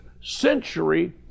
century